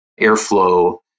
airflow